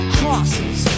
crosses